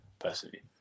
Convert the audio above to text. Personally